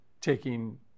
taking